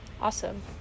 awesome